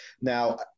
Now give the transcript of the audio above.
Now